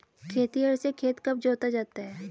खेतिहर से खेत कब जोता जाता है?